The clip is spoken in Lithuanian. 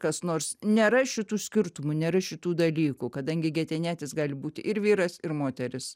kas nors nėra šitų skirtumų nėra šitų dalykų kadangi getenietis gali būti ir vyras ir moteris